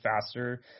faster